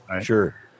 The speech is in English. sure